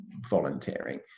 volunteering